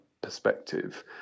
perspective